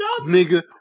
Nigga